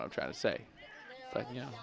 what i'm trying to say but you know